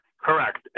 Correct